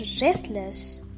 restless